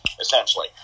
essentially